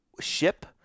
ship